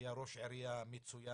שהיה ראש עירייה מצוין,